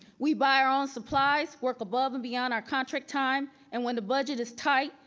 we buy our own supplies, work above and beyond our contract time, and when the budget is tight,